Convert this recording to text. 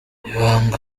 ibanga